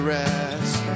rest